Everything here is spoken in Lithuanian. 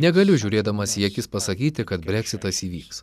negaliu žiūrėdamas į akis pasakyti kad breksitas įvyks